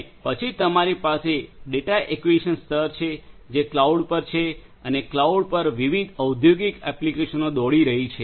અને પછી તમારી પાસે ડેટા એક્વિઝિશન સ્તર છે જે ક્લાઉડ પર છે અને ક્લાઉડ પર વિવિધ ઔદ્યોગિક એપ્લિકેશનો દોડી રહી છે